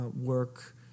work